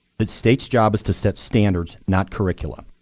but state's job is to set standards, not curriculum.